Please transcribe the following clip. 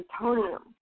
plutonium